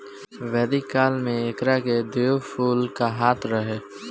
वैदिक काल में एकरा के दिव्य फूल कहात रहे